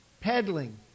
peddling